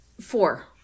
Four